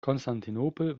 konstantinopel